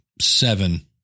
seven